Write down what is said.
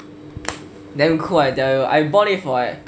damn cool I tell you I bought it for like